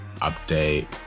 update